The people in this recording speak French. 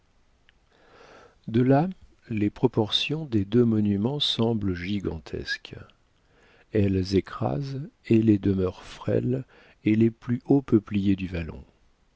de là les proportions des deux monuments semblent gigantesques elles écrasent et les demeures frêles et les plus hauts peupliers du vallon